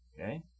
okay